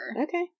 Okay